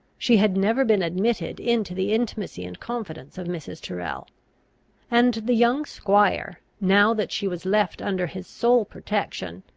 she had never been admitted into the intimacy and confidence of mrs. tyrrel and the young squire, now that she was left under his sole protection,